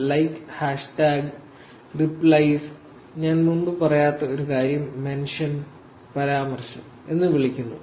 like hashtag replies ഞാൻ മുമ്പ് പറയാത്ത ഒരു കാര്യം മെൻഷൻ' പരാമർശം എന്ന് വിളിക്കുന്നു